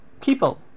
people